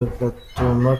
bigatuma